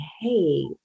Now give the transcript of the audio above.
Hey